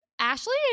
Ashley